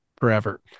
forever